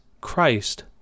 Christ